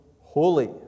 holy